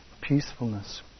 peacefulness